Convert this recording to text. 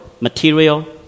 material